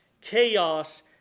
Chaos